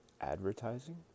advertising